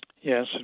Yes